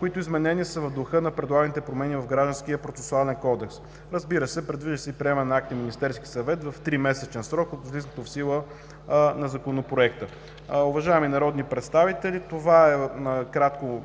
които изменения са в духа на предлаганите промени в Гражданския процесуален кодекс. Разбира се, предвижда се и приемане на акт на Министерския съвет в тримесечен срок от влизането в сила на Законопроекта. Уважаеми народни представители, това е накратко